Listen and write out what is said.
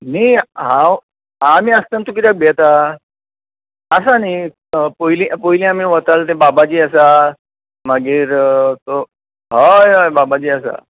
न्ही हांव आमी आसतना तूं कित्याक भियेताय आसा न्ही पयली आमी वताले ते बाबाजी आसा मागीर हय हय बाबाजी आसा